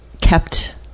kept